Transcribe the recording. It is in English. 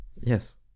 Yes